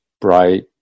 bright